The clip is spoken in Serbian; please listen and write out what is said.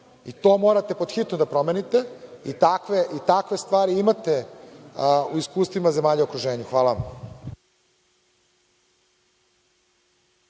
To morate podhitno da promenite. Takve stvari imate u iskustvima zemalja u okruženju. Hvala vam.